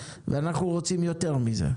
אנחנו רוצים יותר מזה.